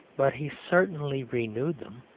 but he certainly renewed them.